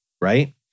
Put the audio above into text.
right